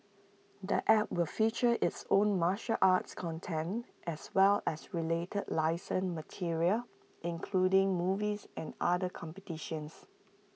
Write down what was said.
the app will feature its own martial arts content as well as related licensed material including movies and other competitions